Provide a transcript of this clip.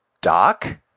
Doc